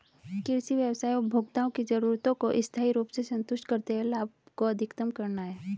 कृषि व्यवसाय उपभोक्ताओं की जरूरतों को स्थायी रूप से संतुष्ट करते हुए लाभ को अधिकतम करना है